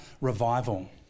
revival